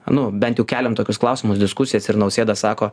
nu bent jau keliam tokius klausimus diskusijas ir nausėda sako